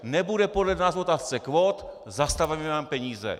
Nebude podle nás v otázce kvót, zastavíme vám peníze!